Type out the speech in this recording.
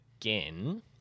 again